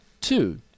Two